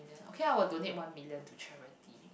okay ah I will donate one million to charity